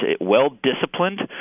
well-disciplined